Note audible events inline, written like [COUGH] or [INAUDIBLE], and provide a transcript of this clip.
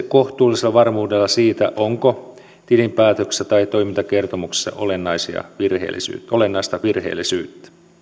[UNINTELLIGIBLE] kohtuullisen varmuuden siitä onko tilinpäätöksessä tai toimintakertomuksessa olennaista virheellisyyttä olennaista virheellisyyttä